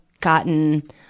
gotten